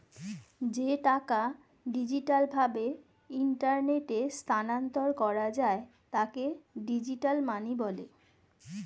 যে টাকা ডিজিটাল ভাবে ইন্টারনেটে স্থানান্তর করা যায় তাকে ডিজিটাল মানি বলে